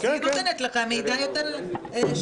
אז היא נותנת לך מידע יותר שלם.